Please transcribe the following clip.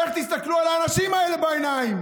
איך תסתכלו על האנשים האלה בעיניים?